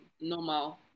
normal